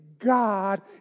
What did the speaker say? God